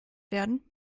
werden